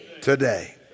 Today